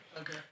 Okay